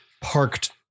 parked